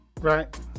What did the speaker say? right